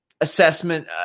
assessment